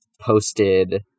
posted